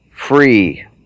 Free